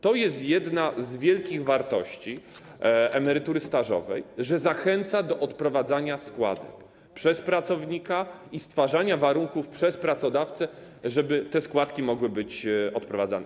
To jest jedna z wielkich wartości emerytury stażowej, że zachęca do odprowadzania składek przez pracownika i stwarzania warunków przez pracodawcę, żeby te składki mogły być odprowadzane.